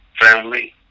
family